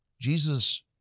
Jesus